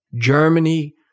Germany